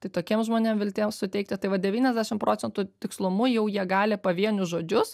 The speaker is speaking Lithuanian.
tai tokiem žmonėm viltiems suteikti tai va devyniasdešim procentų tikslumu jau jie gali pavienius žodžius